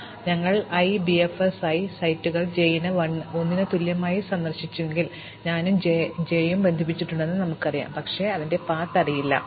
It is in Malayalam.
അതിനാൽ ഞങ്ങൾ i BFS i സെറ്റുകൾ j ന് 1 ന് തുല്യമായി സന്ദർശിച്ചുവെങ്കിൽ ഞാനും j ഉം ബന്ധിപ്പിച്ചിട്ടുണ്ടെന്ന് ഞങ്ങൾക്കറിയാം പക്ഷേ ഞങ്ങൾക്ക് പാത അറിയില്ല